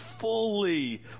fully